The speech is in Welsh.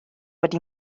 wedi